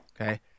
Okay